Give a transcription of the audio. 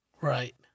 Right